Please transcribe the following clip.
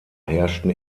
herrschten